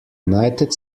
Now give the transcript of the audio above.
united